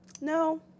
No